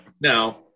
Now